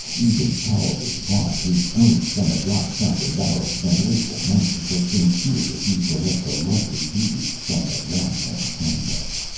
even tolliver watt, who owned summit lock, stock and barrel, spent wakeful nights because st. cyr refused to let the lovely deedee sign a long-term contract.